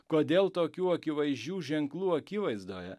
kodėl tokių akivaizdžių ženklų akivaizdoje